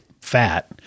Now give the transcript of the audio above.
fat